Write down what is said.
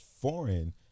foreign